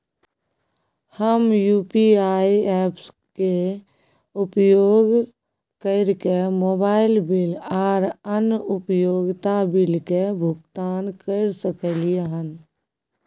हम UPI apps के उपयोग कैरके मोबाइल बिल आर अन्य उपयोगिता बिल के भुगतान कैर सकलिये हन